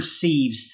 perceives